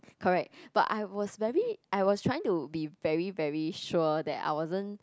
correct but I was very I was trying to be very very sure that I wasn't